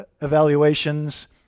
evaluations